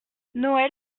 noël